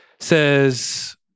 Says